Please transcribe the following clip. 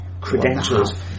credentials